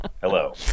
Hello